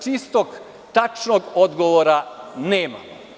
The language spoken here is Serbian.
Čistog i tačnog odgovora nema.